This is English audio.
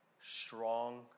strong